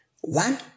one